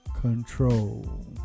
control